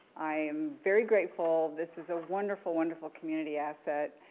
i'm very grateful, this is a wonderful, wonderful community asset,